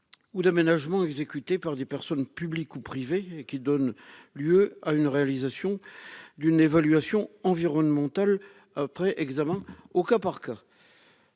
ou d'aménagement, exécutés par des personnes publiques ou privées, qui donnent lieu à la réalisation d'une évaluation environnementale, après examen au cas par cas.